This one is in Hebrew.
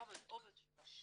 עבד שלה.